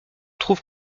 trouve